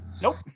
Nope